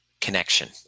connection